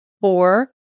Four